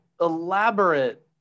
Elaborate